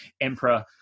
Emperor